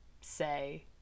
say